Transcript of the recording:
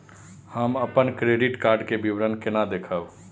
हम अपन credit card के विवरण केना देखब?